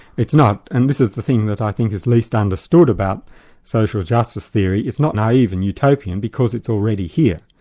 it's not, and this is the thing that i think is least understood about social justice theory, it's not naive and utopian because it's already here.